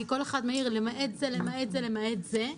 כי כל אחד מעיר למעט זה ולמעט זה,